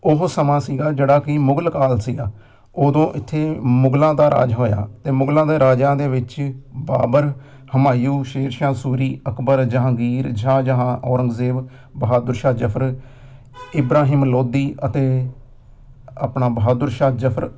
ਉਹ ਜੋ ਸਮਾਂ ਸੀਗਾ ਜਿਹੜਾ ਕਿ ਮੁਗਲ ਕਾਲ ਸੀਗਾ ਉਦੋਂ ਇੱਥੇ ਮੁਗਲਾਂ ਦਾ ਰਾਜ ਹੋਇਆ ਅਤੇ ਮੁਗਲਾਂ ਦੇ ਰਾਜਿਆਂ ਦੇ ਵਿੱਚ ਬਾਬਰ ਹੰਮਾਯੂ ਸ਼ੇਰ ਸ਼ਾਹ ਸੂਰੀ ਅਕਬਰ ਜਹਾਂਗੀਰ ਸ਼ਾਹ ਜਹਾਂ ਔਰੰਗਜ਼ੇਬ ਬਹਾਦਰ ਸ਼ਾਹ ਜਫ਼ਰ ਇਬ੍ਰਾਹੀਮ ਲੋਧੀ ਅਤੇ ਆਪਣਾ ਬਹਾਦੁਰ ਸ਼ਾਹ ਜਫ਼ਰ